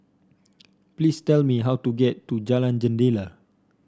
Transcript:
please tell me how to get to Jalan Jendela